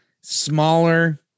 smaller